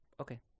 Okay